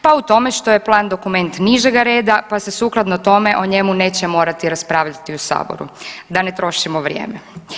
Pa u tome što je plan dokument nižega reda pa se sukladno tome o njemu neće morati raspravljati u saboru, da ne trošimo vrijeme.